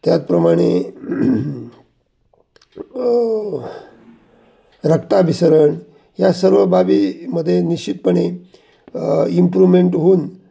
त्याचप्रमाणे रक्ताभिसरण या सर्व बाबीमध्ये निश्चितपणे इम्प्रुव्हमेंट होऊन